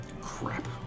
crap